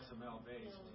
XML-based